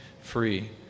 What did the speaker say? free